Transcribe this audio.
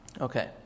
Okay